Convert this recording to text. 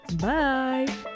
Bye